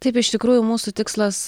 taip iš tikrųjų mūsų tikslas